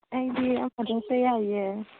ꯑꯩꯗꯤ ꯑꯃꯗ ꯍꯦꯛꯇ ꯌꯥꯏꯌꯦ